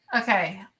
Okay